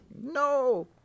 no